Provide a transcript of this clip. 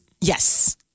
Yes